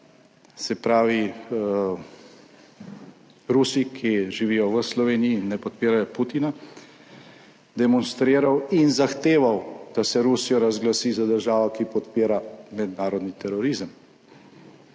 se pravi Rusi, ki živijo v Sloveniji, ne podpirajo Putina, demonstriral in zahteval, da se Rusijo razglasi za državo, ki podpira mednarodni terorizem.